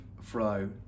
flow